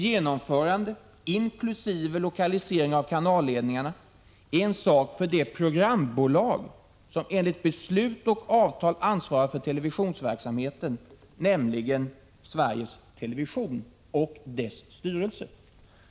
Genomförandet av beslutet, inklusive lokaliseringen av kanalledningarna, är en sak för det programbolag som enligt beslut och avtal ansvarar för televisionsverksamheten, nämligen Sveriges Television och dess styrelse.